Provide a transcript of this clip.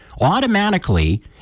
Automatically